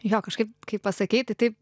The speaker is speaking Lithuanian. jo kažkaip kai pasakei tai taip